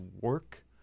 work